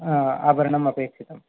आभरणम् अपेक्षितम्